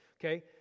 Okay